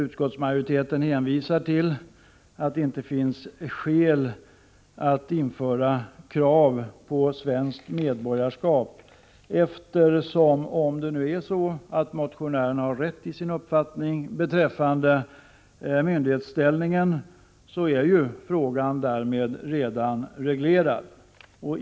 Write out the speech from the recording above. Utskottsmajoriteten hänvisar till att det inte finns skäl att införa krav på svenskt medborgarskap, för om det nu är så att motionärerna har rätt i sin uppfattning beträffande fondernas myndighetsställning så är ju frågan därmed redan reglerad.